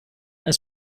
and